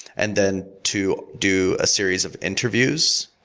and then to do a series of interviews,